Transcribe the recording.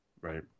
Right